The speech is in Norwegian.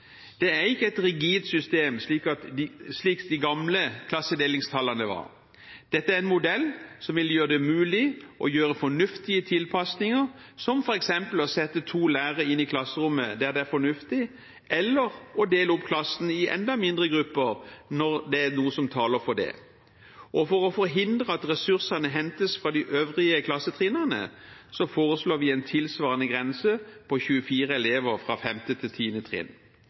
Det er ikke et rigid system, slik de gamle klassedelingstallene var. Dette er en modell som vil gjøre det mulig å gjøre fornuftige tilpasninger, som f.eks. å sette to lærere inn i klasserommet der det er fornuftig, eller å dele opp klassene i enda mindre grupper når det er noe som taler for det. For å forhindre at ressursene hentes fra de øvrige klassetrinnene foreslår vi en tilsvarende grense på 24 elever